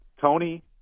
Tony